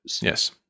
Yes